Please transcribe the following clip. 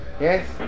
yes